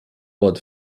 ort